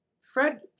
Fred